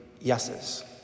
yeses